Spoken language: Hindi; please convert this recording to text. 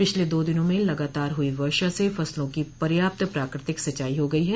पिछले दो दिनों में लगातार हुई वर्षा से फसलों की पर्याप्त प्राकृतिक सिंचाई हो गयी है